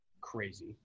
crazy